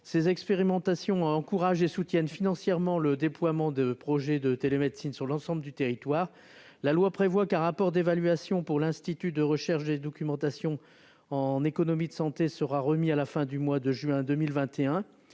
Ces étapes encouragent et soutiennent financièrement le déploiement de projets de télémédecine sur l'ensemble du territoire. La loi prévoit qu'un rapport d'évaluation pour l'Institut de recherche et documentation en économie de la santé sera remis à la fin du mois de juin 2021,